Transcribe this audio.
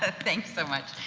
ah thanks so much.